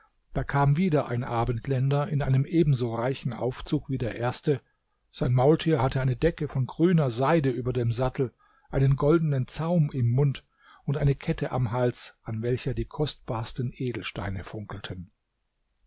da kam wieder ein abendländer in einem ebenso reichen aufzug wie der erste sein maultier hatte eine decke von grüner seide über dem sattel einen goldenen zaum im mund und eine kette am hals an welcher die kostbarsten edelsteine funkelten